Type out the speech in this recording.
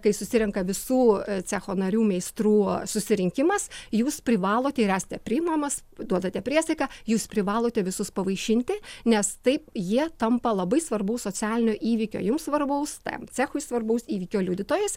kai susirenka visų cecho narių meistrų susirinkimas jūs privalote ir esate priimamas duodate priesaiką jūs privalote visus pavaišinti nes taip jie tampa labai svarbaus socialinio įvykio jums svarbaus tam cechui svarbaus įvykio liudytojais